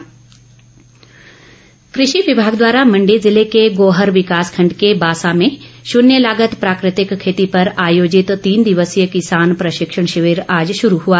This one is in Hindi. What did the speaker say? प्रशिक्षण कृषि विभाग द्वारा मंडी ज़िले के गोहर विकास खंड के बासा में शुन्य लागत प्राकृतिक खेती पर आयोजित तीन दिवसीय किसान प्रशिक्षण शिविर आज शुरू हुआ